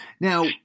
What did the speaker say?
Now